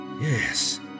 Yes